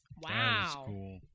Wow